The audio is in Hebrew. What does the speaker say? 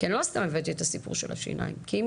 כי אני לא סתם הבאתי את הסיפור של השיניים.